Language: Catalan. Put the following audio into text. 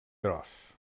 gros